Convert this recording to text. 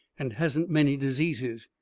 and hasn't many diseases.